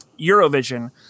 Eurovision